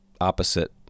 opposite